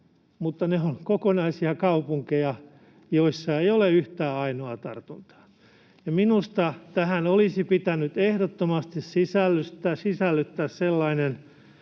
mutta ne ovat kokonaisia kaupunkeja, joissa ei ole yhtä ainoaa tartuntaa. Minusta tähän olisi pitänyt ehdottomasti sisällyttää sellainen